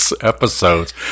episodes